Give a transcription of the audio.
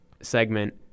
segment